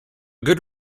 good